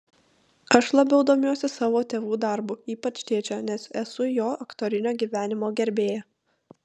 aš labiau domiuosi savo tėvų darbu ypač tėčio nes esu jo aktorinio gyvenimo gerbėja